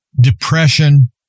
Depression